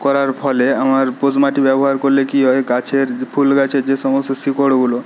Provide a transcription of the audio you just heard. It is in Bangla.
করার ফলে আমার পোস মাটি ব্যবহার করলে কী হয় গাছের ফুল গাছে যে সমস্ত শিকড়গুলো